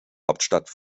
hauptstadt